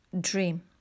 dream